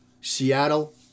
Seattle